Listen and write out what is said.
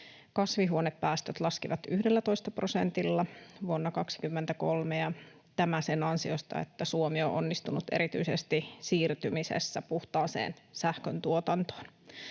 Kasvihuonepäästöt laskivat 11 prosentilla vuonna 23, ja tämä sen ansiosta, että Suomi on onnistunut erityisesti siirtymisessä puhtaaseen sähköntuotantoon.